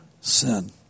sin